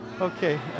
Okay